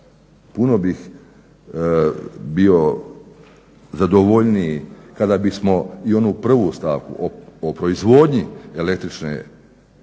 Puno bih bio zadovoljniji kada bismo i onu prvu stavku o proizvodnji energije